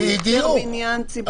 זה יותר בניין ציבורי.